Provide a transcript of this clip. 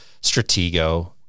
Stratego